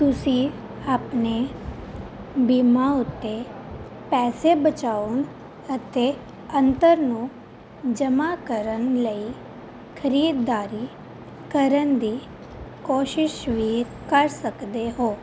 ਤੁਸੀਂ ਆਪਣੇ ਬੀਮਾ ਉੱਤੇ ਪੈਸੇ ਬਚਾਉਣ ਅਤੇ ਅੰਤਰ ਨੂੰ ਜਮ੍ਹਾਂ ਕਰਨ ਲਈ ਖਰੀਦਦਾਰੀ ਕਰਨ ਦੀ ਕੋਸ਼ਿਸ਼ ਵੀ ਕਰ ਸਕਦੇ ਹੋ